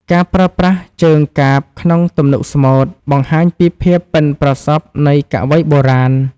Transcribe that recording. ការប្រើប្រាស់ជើងកាព្យក្នុងទំនុកស្មូត បង្ហាញពីភាពប៉ិនប្រសប់នៃកវីបុរាណ។